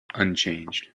unchanged